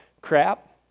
Crap